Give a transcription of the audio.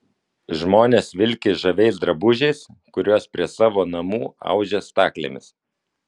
žmonės vilki žaviais drabužiais kuriuos prie savo namų audžia staklėmis